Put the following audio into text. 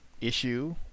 issue